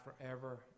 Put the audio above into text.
forever